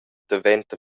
daventa